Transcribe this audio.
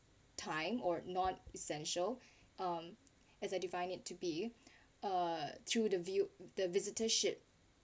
time or not essential um as uh divined to be uh through to view the visitorship